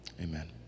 Amen